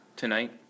tonight